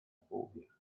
phobia